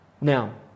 Now